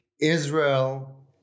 Israel